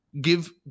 Give